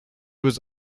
was